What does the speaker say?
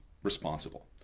responsible